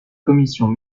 commission